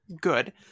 Good